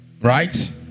Right